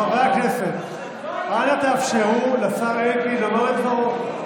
חברי הכנסת, אנא תאפשרו לשר אלקין לומר את דברו.